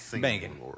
banging